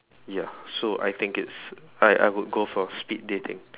ya so I think it's I I would go for speed dating